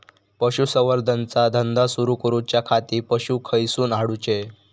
पशुसंवर्धन चा धंदा सुरू करूच्या खाती पशू खईसून हाडूचे?